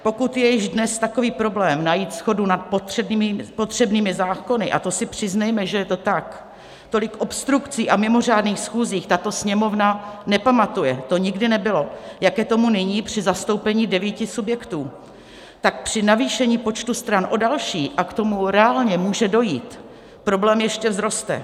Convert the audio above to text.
Pokud je již dnes takový problém najít shodu nad potřebnými zákony, a to si přiznejme, že je to tak tolik obstrukcí a mimořádných schůzí tato Sněmovna nepamatuje, to nikdy nebylo, jak je tomu nyní při zastoupení devíti subjektů tak při navýšení počtu stran o další, a k tomu reálně může dojít, problém ještě vzroste.